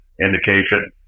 indication